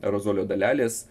aerozolio dalelės